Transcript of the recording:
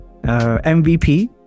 MVP